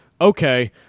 okay